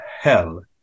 hell